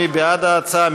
מי בעד ההצעה?